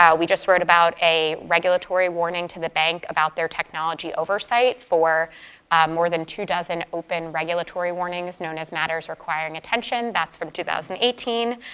yeah we just wrote about a regulatory warning to the bank about their technology oversight for more than two dozen open regulatory warnings. known as matters requiring attention, that's from two thousand and eighteen.